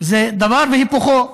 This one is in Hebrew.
זה דבר והיפוכו,